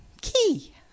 key